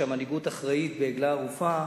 שהמנהיגות אחראית בעגלה ערופה,